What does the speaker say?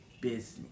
business